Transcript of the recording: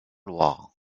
loire